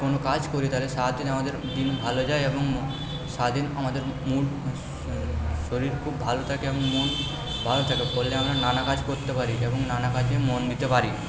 কোনো কাজ করি তাহলে সারা দিন আমাদের দিন ভালো যায় এবং সারা দিন আমাদের মুড শরীর খুব ভালো থাকে এবং মন ভালো থাকে ফলে আমরা নানা কাজ করতে পারি এবং নানা কাজে মন দিতে পারি